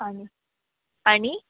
आणि आणि